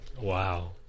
Wow